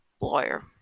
lawyer